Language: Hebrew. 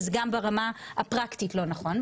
וגם ברמה הפרקטית לא נכון,